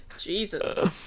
Jesus